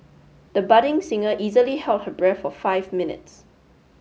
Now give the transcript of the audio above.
the budding singer easily held her breath for five minutes